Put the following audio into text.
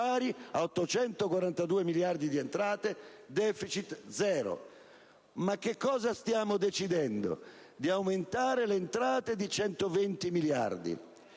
pari a 842 miliardi di entrate, e deficit zero. Ma cosa stiamo decidendo? Di aumentare le entrate di 120 miliardi;